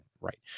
Right